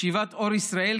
ישיבת אור ישראל,